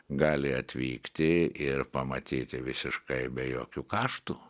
gali atvykti ir pamatyti visiškai be jokių kaštų